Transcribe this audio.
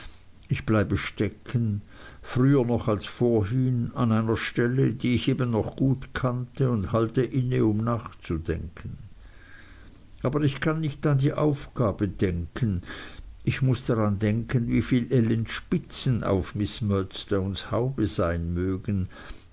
ich bleibe stecken früher noch als vorhin an einer stelle die ich eben noch gut kannte und halte inne um nachzudenken aber ich kann nicht an die aufgabe denken ich muß daran denken wie viel ellen spitzen auf miß murdstones haube sein mögen